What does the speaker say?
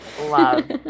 love